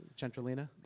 Centralina